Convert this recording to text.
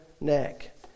neck